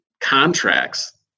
contracts